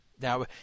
Now